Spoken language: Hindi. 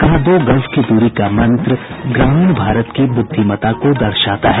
कहा दो गज की दूरी का मंत्र ग्रामीण भारत की ब्रुद्विमता को दर्शाता है